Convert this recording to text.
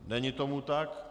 Není tomu tak.